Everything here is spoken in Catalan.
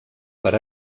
per